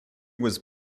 was